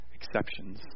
exceptions